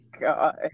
god